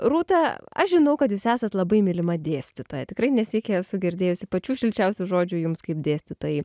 rūta aš žinau kad jūs esat labai mylima dėstytoja tikrai ne sykį esu girdėjusi pačių šilčiausių žodžių jums kaip dėstytojai